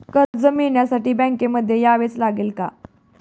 कर्ज मिळवण्यासाठी बँकेमध्ये यावेच लागेल का?